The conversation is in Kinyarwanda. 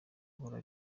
gukora